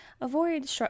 avoid